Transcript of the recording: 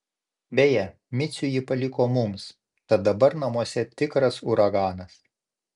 beje micių ji paliko mums tad dabar namuose tikras uraganas